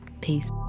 Peace